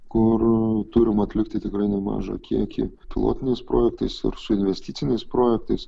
kur turim atlikti tikrai nemažą kiekį pilotiniais projektais ir su investiciniais projektais